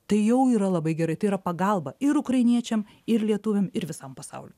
tai jau yra labai gerai tai yra pagalba ir ukrainiečiam ir lietuviam ir visam pasauliu